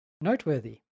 noteworthy